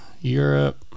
Europe